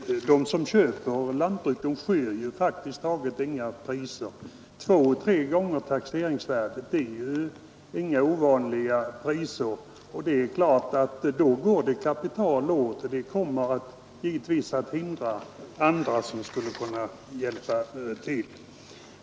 De som köper lantbruken skyr faktiskt inga priser. Två å tre gånger taxeringsvärdet är inga ovanliga priser. Köper man till sådana priser går det åt kapital, och det kommer givetvis att hindra andra som skulle behöva kapital.